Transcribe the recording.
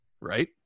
right